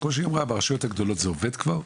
וכמו שהיא אמרה ברשויות הגדולות זה עובד כבר,